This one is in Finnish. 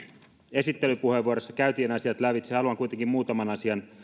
esittelypuheenvuorossa käytiin asiat lävitse haluan kuitenkin muutaman asian